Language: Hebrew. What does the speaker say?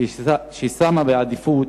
ששמה בעדיפות